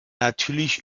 natürlich